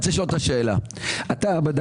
אבל אני רוצה לשאול אותך שאלה, אתה בדקת,